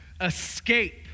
escape